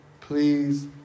please